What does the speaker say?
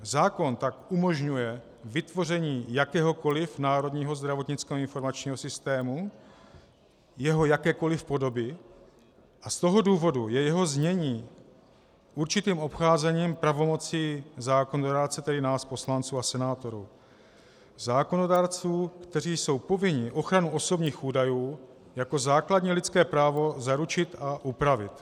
Zákon tak umožňuje vytvoření jakéhokoliv Národního zdravotnického informačního systému, jeho jakékoliv podoby, a z toho důvodu je jeho znění určitým obcházením pravomocí zákonodárce, tedy nás poslanců a senátorů, zákonodárců, kteří jsou povinni ochranu osobních údajů jako základní lidské právo zaručit a upravit.